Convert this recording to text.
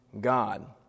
God